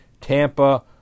Tampa